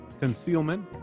concealment